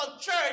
church